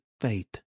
faith